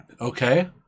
Okay